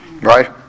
Right